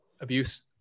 abuse –